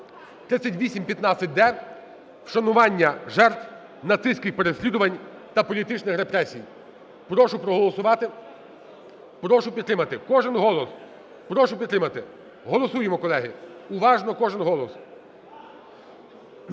3815-д: вшанування жертв нацистських переслідувань та політичних репресій. Прошу проголосувати. Прошу підтримати. Кожен голос. Прошу підтримати. Голосуємо, колеги. Уважно. Кожен голос.